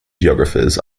geographers